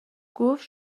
گفت